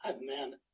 man